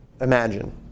imagine